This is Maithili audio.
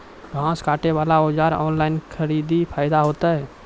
घास काटे बला औजार ऑनलाइन खरीदी फायदा होता?